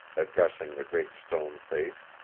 addressing the great stone face,